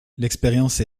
l’expérience